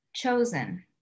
chosen